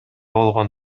болгон